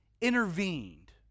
intervened